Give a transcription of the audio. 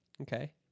Okay